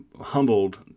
humbled